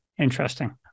Interesting